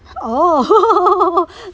oh